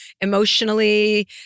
emotionally